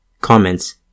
Comments